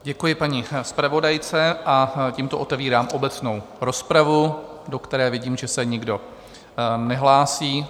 Děkuji paní zpravodajce a tímto otevírám obecnou rozpravu, do které vidím, že se nikdo nehlásí.